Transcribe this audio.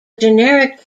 generic